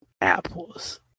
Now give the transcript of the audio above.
apples